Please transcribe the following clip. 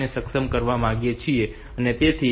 5 ને સક્ષમ કરવા માંગીએ છીએ